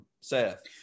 Seth